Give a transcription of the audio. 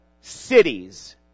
cities